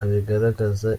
abigaragaza